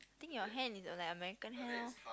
think your hand is like American hand orh